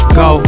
go